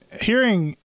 hearing